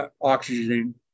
oxygen